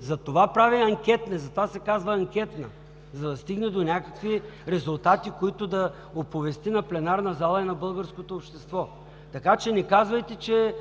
затова прави анкетна комисия. Затова се казва анкетна, за да стигне до някакви резултати, които да оповести на пленарна зала и на българското общество. Така че не казвайте, че